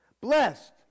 blessed